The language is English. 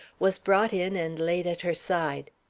was brought in and laid at her side.